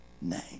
name